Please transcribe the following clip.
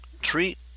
Treat